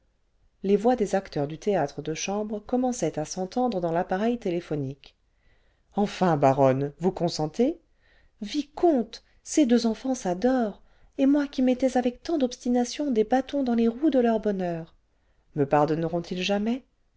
les voix des acteurs du théâtre de chambre commençaient à s'entendre dans l'appareil téléphonique ce enfin baronne vous consentez ce vicomte ces deux enfants s'adorent et moi qui mettais avec tant d'obstination des bâtons dans les roues de leur bonheur ce me pardonneront ils jamais